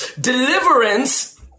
Deliverance